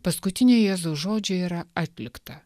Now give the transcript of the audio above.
paskutiniai jėzaus žodžiai yra atlikta